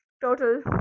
total